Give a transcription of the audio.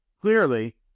clearly